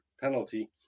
penalty